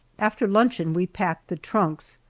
after luncheon we packed the trunks,